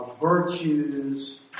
virtues